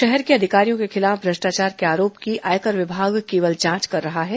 शहर के अधिकारियों के खिलाफ भ्रष्टाचार के आरोप की आयकर विभाग केवल जांच कर रहा है